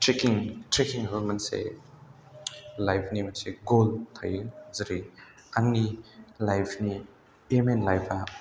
trekking ट्रेकिंआबो मोनसे लाइफनि मोनसे गल थायो जेरै आंनि लाइफनि एम इन लाइफआ